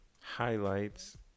highlights